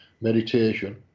meditation